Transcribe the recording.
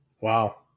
Wow